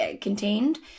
contained